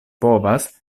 povas